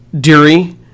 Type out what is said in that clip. Deary